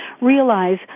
realize